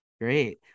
great